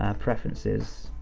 ah preferences.